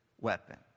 weapon